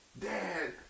Dad